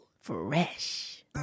Fresh